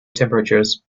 temperatures